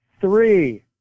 three